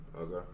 Okay